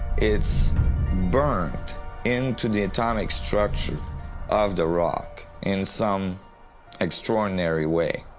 it's burned into the atomic structure of the rock in some extraordinary way.